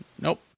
Nope